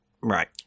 Right